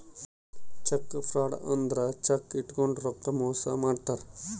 check fraud ಅಂದ್ರ cheque ಇಟ್ಕೊಂಡು ರೊಕ್ಕ ಮೋಸ ಮಾಡ್ತಾರ